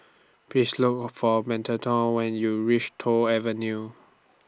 Please Look For Macarthur when YOU REACH Toh Avenue